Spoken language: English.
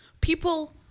People